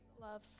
love